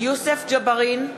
יוסף ג'בארין,